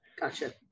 Gotcha